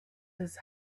his